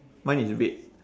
mine is red